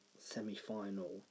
semi-final